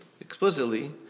explicitly